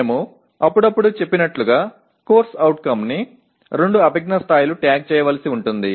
మేము అప్పుడప్పుడు చెప్పినట్లుగా CO ని రెండు అభిజ్ఞా స్థాయిలు ట్యాగ్ చేయవలసి ఉంటుంది